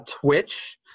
Twitch